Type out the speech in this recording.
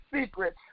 secret